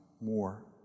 more